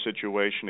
situation